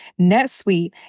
NetSuite